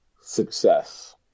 Success